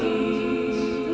the